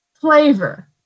Flavor